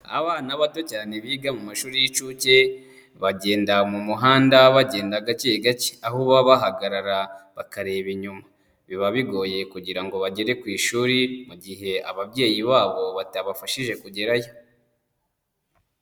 Abana bato cyane biga mu mashuri y'incuke bagenda mu muhanda bagenda gake gake aho baba bahagarara bakareba inyuma biba bigoye kugira ngo bagere ku ishuri mu gihe ababyeyi babo batabafashije kugerayo.